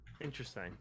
interesting